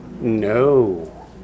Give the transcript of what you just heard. No